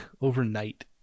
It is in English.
overnight